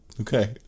okay